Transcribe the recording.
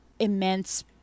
immense